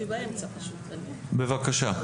בבקשה.